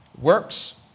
Works